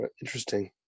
Interesting